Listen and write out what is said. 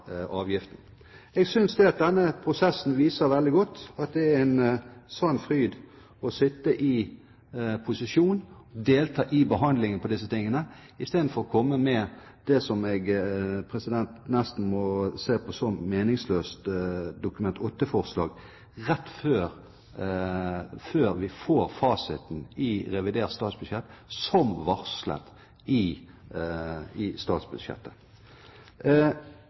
Jeg synes at denne prosessen veldig godt viser at det er en sann fryd å sitte i posisjon og delta i behandlingen av dette, istedenfor å komme med det som jeg nesten må se på som et meningsløst Dokument 8-forslag, rett før vi får fasit i revidert statsbudsjett – som varslet i statsbudsjettet.